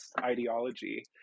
ideology